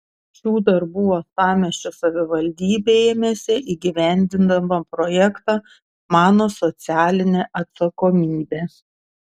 šių darbų uostamiesčio savivaldybė ėmėsi įgyvendindama projektą mano socialinė atsakomybė